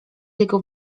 jego